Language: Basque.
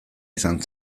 izan